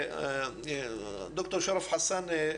ד"ר שרף חסן,